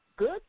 good